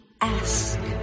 ask